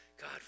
God